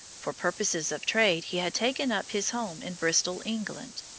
for purposes of trade he had taken up his home in bristol, england.